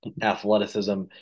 athleticism